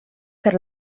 per